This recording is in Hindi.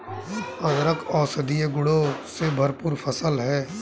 अदरक औषधीय गुणों से भरपूर फसल है